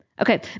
Okay